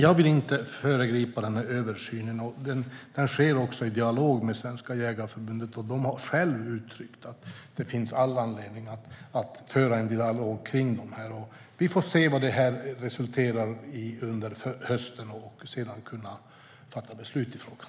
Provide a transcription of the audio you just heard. Jag vill inte föregripa översynen som sker i dialog med Svenska Jägareförbundet som själva har uttryckt att det finns all anledning att föra en dialog om detta. Vi får se vad detta resulterar i under hösten, så att vi sedan kan fatta beslut i frågan.